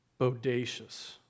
bodacious